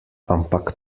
ampak